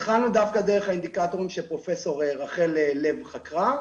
התחלנו דווקא דרך האינדיקטורים שפרופ' רחל לב חקרה,